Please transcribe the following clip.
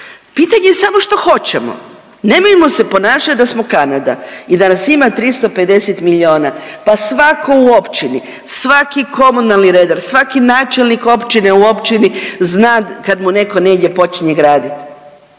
Pitanje je samo što hoćemo? Nemojmo se ponašati da smo Kanada i da nas ima 350 miliona, pa svako u općini, svaki komunalni redar, svaki načelnik općine u općini zna kad mu neko negdje počinje graditi,